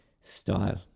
style